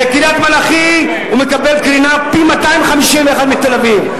בקריית-מלאכי הוא מקבל קרינה פי-251 מאשר בתל-אביב.